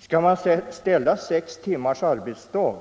Skall man ställa sex timmars arbetsdag